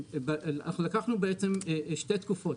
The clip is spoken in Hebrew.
אנחנו לקחנו בעצם שתי תקופות,